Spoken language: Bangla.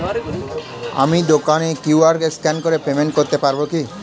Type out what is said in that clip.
আমি দোকানে কিউ.আর স্ক্যান করে পেমেন্ট করতে পারবো কি?